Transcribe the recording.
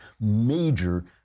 major